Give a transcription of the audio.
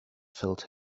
filled